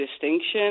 distinction